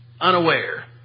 unaware